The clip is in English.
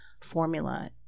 formula